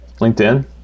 LinkedIn